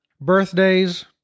Birthdays